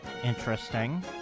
Interesting